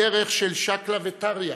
בדרך של שקלא וטריא,